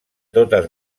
totes